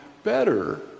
better